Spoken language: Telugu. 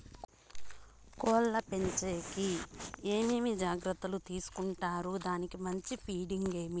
కోళ్ల పెంచేకి ఏమేమి జాగ్రత్తలు తీసుకొంటారు? దానికి మంచి ఫీడింగ్ ఏమి?